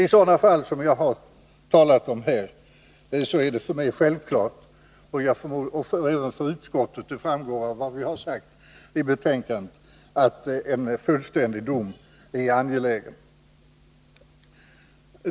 I sådana fall som jag talar om här är det för mig och även för utskottet självklart — det framgår av vad utskottet anfört i betänkandet — att en fullständig dom är angelägen.